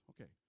Okay